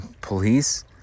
police